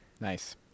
Nice